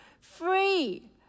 Free